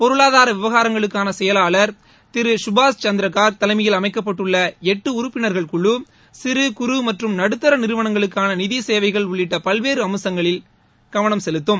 பொருளாதார விவகாரங்களுக்கான செயலார் திரு சுபாஷ் சந்திரகார்க் தலைமையில் அமைக்கப்பட்டுள்ள எட்டு உறுப்பினர் குழு சிறு குறு மற்றும் நடுத்தர நிறுவனங்களுக்கான நிதி சேவைகள் உள்ளிட்ட பல்வேறு அம்சங்களில் கவனம் செலுத்தும்